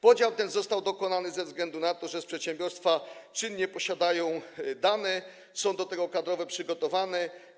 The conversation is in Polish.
Podział ten został dokonany ze względu na to, że przedsiębiorstwa czynnie posiadają dane i są do tego kadrowo przygotowane.